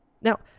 Now